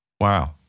Wow